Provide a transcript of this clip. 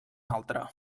altre